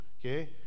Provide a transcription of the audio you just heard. okay